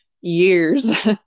years